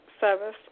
service